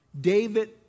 David